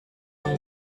and